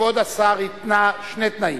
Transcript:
כבוד השר התנה שני תנאים: